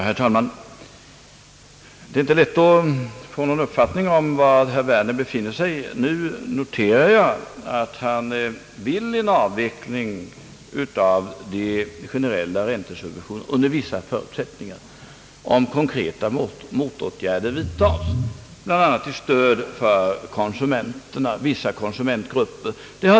Herr talman! Det är inte lätt att få någon uppfattning om var herr Werner befinner sig. Nu noterar jag, att han vill ha en avveckling av de generella räntesubventionerna under vissa förutsättningar, d.v.s. om konkreta motåiåtgärder vidtages bl.a. till stöd för vissa konsumentgrupper.